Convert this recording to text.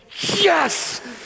yes